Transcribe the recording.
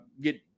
get